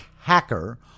hacker